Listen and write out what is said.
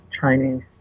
Chinese